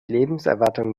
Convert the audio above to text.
lebenserwartung